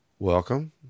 Welcome